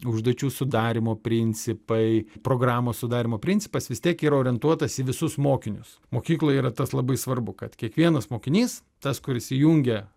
užduočių sudarymo principai programos sudarymo principas vis tiek yra orientuotas į visus mokinius mokykloje yra tas labai svarbu kad kiekvienas mokinys tas kuris įjungia